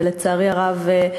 לצערי הרב,